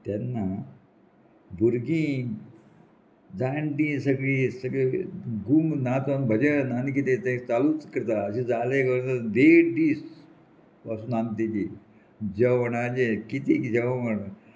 तेन्ना भुरगीं जाणटी सगळीं सगळीं गुंग नात भजन आनी कितें तें चालूच करता अशें जालें करता देड दीस वचून आमी तेजी जेवणाचें कितें जेवण